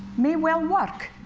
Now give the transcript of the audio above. may well work.